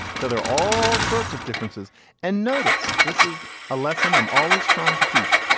so there all sorts of differences and noticed this is a lesson i'm always trying to teach.